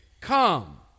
come